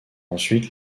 ensuite